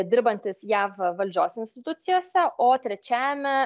dirbantys jav valdžios institucijose o trečiajame